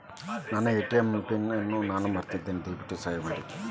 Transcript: ನನ್ನ ATM pin ಅನ್ನು ನಾನು ಮರೆತಿದ್ದೇನೆ, ದಯವಿಟ್ಟು ಸಹಾಯ ಮಾಡಿ